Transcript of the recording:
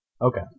Okay